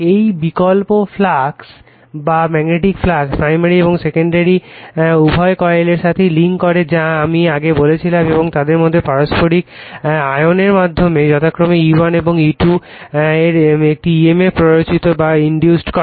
এই বিকল্প flux primary এবং সেকেন্ডারি উভয় কয়েলের সাথে লিঙ্ক করে যা আমি বলেছিলাম এবং তাদের মধ্যে পারস্পরিক আনয়নের মাধ্যমে যথাক্রমে E1 এবং E2 এর একটি emf প্ররোচিত করে